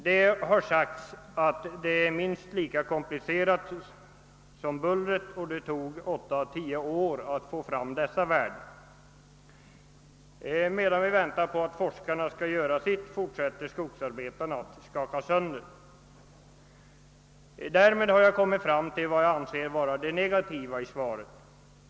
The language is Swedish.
Det har sagts att detta arbete är minst lika komplicerat som arbetet med bullerfrågan; det tog åtta till tio år för att få fram värden i detta sammanhang. Medan vi väntar på att forskarna skall göra sitt fortsätter arbetarna att skakas sönder. Jag kommer så fram till vad jag anser vara negativt i svaret.